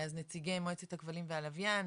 אז נציגי מועצת הכבלים והלוויין,